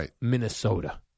Minnesota